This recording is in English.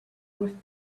with